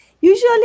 Usually